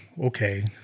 okay